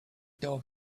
dog